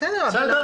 בסדר.